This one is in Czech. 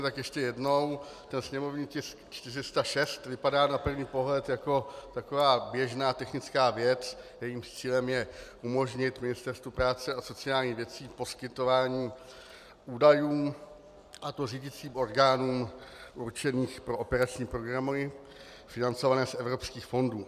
Tak ještě jednou: Sněmovní tisk 406 vypadá na první pohled jako taková běžná technická věc, jejímž cílem je umožnit Ministerstvu práce a sociálních věcí poskytování údajů, a to řídicím orgánům určeným pro operační programy financované z evropských fondů.